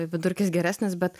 vidurkis geresnis bet